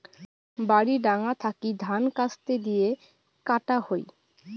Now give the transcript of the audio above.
বাড়ি ডাঙা থাকি ধান কাস্তে দিয়ে কাটা হই